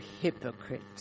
hypocrite